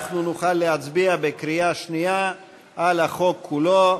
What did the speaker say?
נוכל להצביע בקריאה שנייה על החוק כולו.